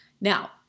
Now